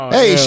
Hey